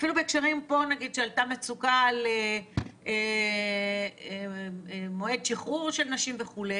אפילו בהקשרים כמו שהייתה מצוקה בנושא מועד שחרור של נשים וכו'.